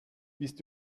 bist